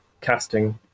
casting